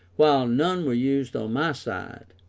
while none were used on my side,